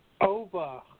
Over